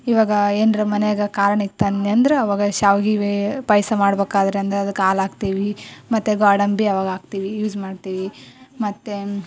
ಇವಾಗ ಏನರ ಮನೆಯಾಗ ಕಾರಣ ಇತ್ತು ಅಂದೆನಂದ್ರ ಅವಾಗ ಶಾವ್ಗೆ ವೇ ಪಾಯಸ ಮಾಡ್ಬೇಕಾದ್ರೆ ಅಂದ್ರೆ ಅದಕ್ಕೆ ಹಾಲು ಹಾಕ್ತೀವಿ ಮತ್ತು ಗೋಡಂಬಿ ಅವಾಗ ಹಾಕ್ತೀವಿ ಯೂಸ್ ಮಾಡ್ತೀವಿ ಮತ್ತೆ